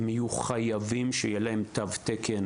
הן יהיו חייבות תו תקן,